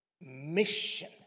mission